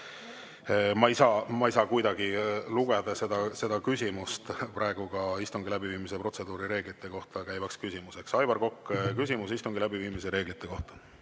ma ei saa kuidagi lugeda seda küsimust praegu ka istungi läbiviimise protseduuri reeglite kohta käivaks küsimuseks. Aivar Kokk, küsimus istungi läbiviimise reeglite kohta.